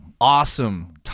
awesome